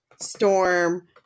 Storm